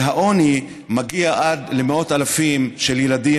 והעוני מגיע עד למאות אלפים של ילדים